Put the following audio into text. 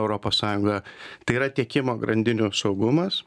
europos sąjungoje tai yra tiekimo grandinių saugumas